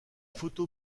photo